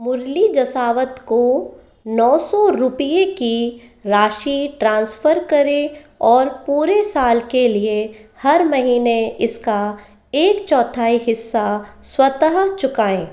मुरली जसावत को नौ सौ रुपये की राशि ट्रांसफ़र करें और पूरे साल के लिए हर महीने इसका एक चौथाई हिस्सा स्वतः चुकाएँ